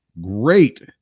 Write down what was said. great